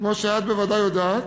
כמו שאת בוודאי יודעת,